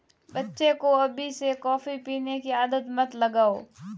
बच्चे को अभी से कॉफी पीने की आदत मत लगाओ